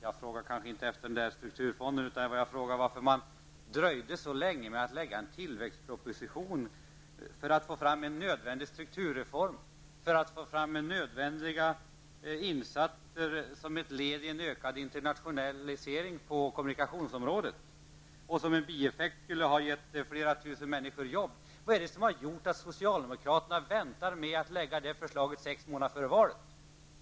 Jag frågade kanske inte efter strukturfonden, utan jag frågade varför man dröjde så länge med att lägga en tillväxtproposition för att få fram en nödvändig strukturreform och nödvändiga insatser som ett led i en ökad internationalisering på kommunikationsområdet, vilket som en bieffekt skulle ha gett flera tusen människor jobb. Varför har socialdemokraterna väntat med att lägga fram detta förslag tills sex månader före valet?